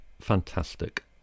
fantastic